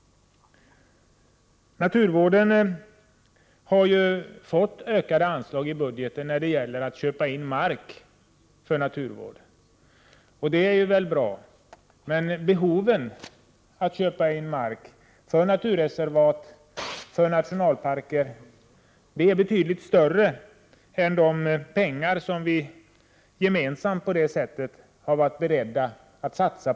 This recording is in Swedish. Naturvården har fått ökat anslag i budgeten när det gäller köp av mark. Det är bra, men behovet att köpa in mark för naturreservat och nationalparker är betydligt större än de pengar som vi gemensamt på detta sätt har varit beredda att satsa.